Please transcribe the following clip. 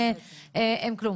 לא.